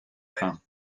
trains